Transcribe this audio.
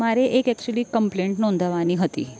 મારે એક actually complaint નોંધાવવાની હતી